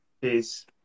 Peace